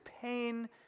pain